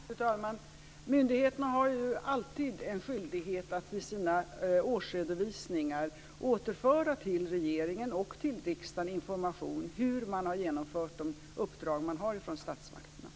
Fru talman! Myndigheterna har ju alltid en skyldighet att i sina årsredovisningar återföra till regeringen och till riksdagen information om hur man har genomfört de uppdrag man har från statsmakterna.